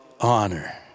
honor